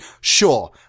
sure